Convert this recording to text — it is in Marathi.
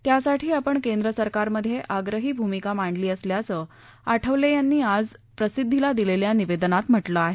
त्यासाठी आपण केंद्रसरकारमध्ये आग्रही भूमिका मांडली असल्याचं आठवले यांनी आज प्रसिद्धीला दिलेल्या निवेदनात म्हटलं आहे